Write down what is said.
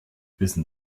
wissen